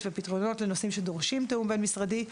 ופתרונות לנושאים שדורשים תיאום בין משרדי.